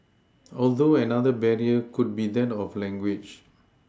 although another barrier could be that of language